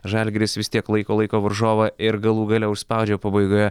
žalgiris vis tiek laiko laiko varžovą ir galų gale užspaudžia pabaigoje